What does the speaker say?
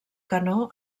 canó